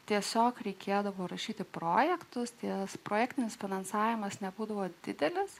tiesiog reikėdavo rašyti projektus tie projektinis finansavimas nebūdavo didelis